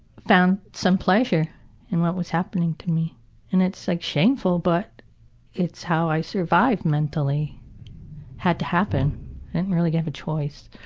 found some pleasure in what was happening to me and it's like shameful but it's how i survived mentally had to happen. i didn't really get a choice,